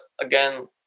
again